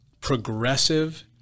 progressive